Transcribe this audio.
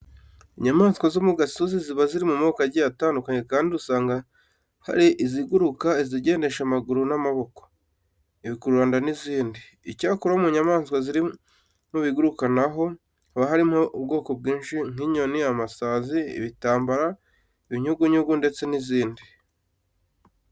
Inyamaswa zo ku gasozi ziba ziri mu moko agiye atandukanye kandi usanga hari iziguruka, izigendesha amaguru n'amaboko, ibikururanda n'izindi. Icyakora mu nyamaswa ziri mu biguruka na ho haba harimo ubwoko bwinshi nk'inyoni, amasazi, ibitambara, ibinyugunyugu ndetse n'izindi.